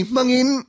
Mangin